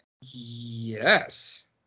Yes